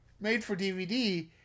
made-for-DVD